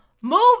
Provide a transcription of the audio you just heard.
move